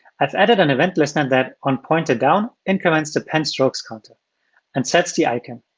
i've added an event listener that, on pointerdown, increments the pen strokes counter and sets the icon.